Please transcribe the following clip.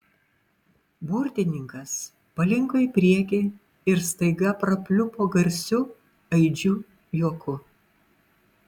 burtininkas palinko į priekį ir staiga prapliupo garsiu aidžiu juoku